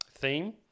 theme